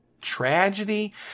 tragedy